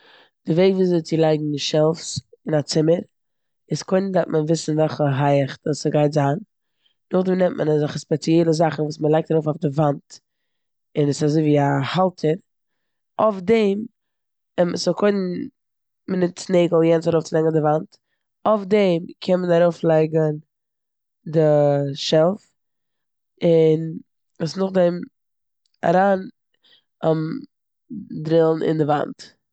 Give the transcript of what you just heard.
די וועג וויאזוי צו לייגן שעלפס אין א ציממער איז קודם דארף מען וויסן ועלכע הייעך די- ס'גייט זיין. נאכדעם נעמט מען אזעלכע ספעציעלע זאכן וואס מ'לייגט ארויף אויף די וואנט און ס'איז אזויווי א האלטער. אויף דעם- סאו קודם מ'נוצט נעגל יענס ארויפצולייגן אויף די וואנט, אויף דעם קען מען ארויפלייגן די שעלף און עס נאכדעם אריין דרילן אין די וואנט.